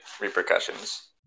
repercussions